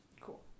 Cool